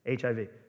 HIV